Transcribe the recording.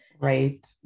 Right